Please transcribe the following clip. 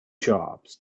jobs